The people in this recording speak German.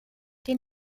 den